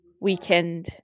weekend